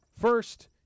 first